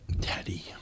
Teddy